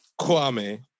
Kwame